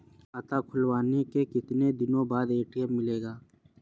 खाता खुलवाने के कितनी दिनो बाद ए.टी.एम मिलेगा?